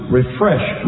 refresh